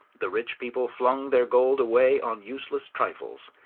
the rich people flung their gold away on useless trifles.